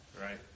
right